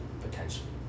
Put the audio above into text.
potentially